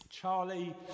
Charlie